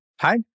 Hi